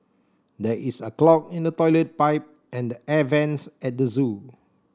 there is a clog in the toilet pipe and the air vents at the zoo